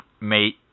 mate